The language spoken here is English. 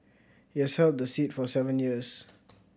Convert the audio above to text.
he has held the seat for seven years